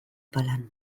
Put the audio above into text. palan